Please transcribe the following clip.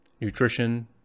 nutrition